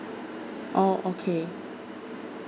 oh okay